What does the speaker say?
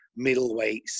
middleweights